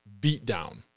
beatdown